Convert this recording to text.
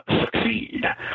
succeed